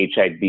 HIV